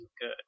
good